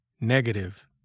negative